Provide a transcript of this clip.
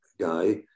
guy